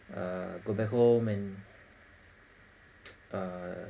uh go back home and uh uh